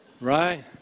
right